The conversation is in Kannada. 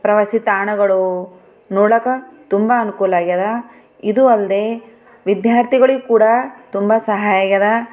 ಪ್ರವಾಸಿ ತಾಣಗಳೂ ನೋಡಕ್ಕೆ ತುಂಬ ಅನುಕೂಲಾಗ್ಯದ ಇದು ಅಲ್ಲದೆ ವಿದ್ಯಾರ್ಥಿಗಳಿಗೂ ಕೂಡ ತುಂಬ ಸಹಾಯಾಗ್ಯದ